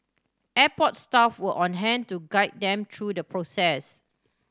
airport staff were on hand to guide them true the process